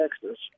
Texas